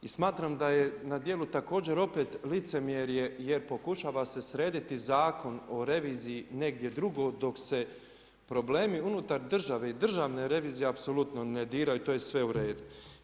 I smatram da je na djelu također opet licemjerje jer pokušava se srediti zakon o reviziji negdje drugo dok se problemi unutar države i Državne revizije apsolutno ne diraju, to je sve u redu.